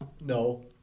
No